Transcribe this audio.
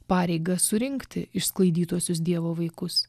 pareigą surinkti išsklaidytuosius dievo vaikus